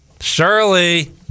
Shirley